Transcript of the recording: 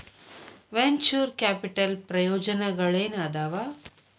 venture capital ಪ್ರಯೋಜನಗಳೇನಾದವ